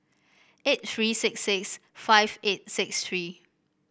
eight tree six six five eight six tree